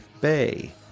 Bay